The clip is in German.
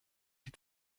die